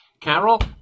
carol